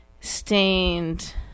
stained